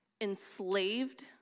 enslaved